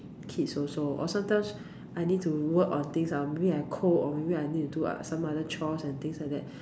kids also or sometimes I need to work on things or maybe I cook or maybe I need to do ot~ some other chores and things like that